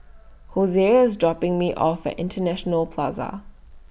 Hosea IS dropping Me off At International Plaza